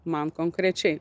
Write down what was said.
man konkrečiai